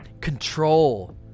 control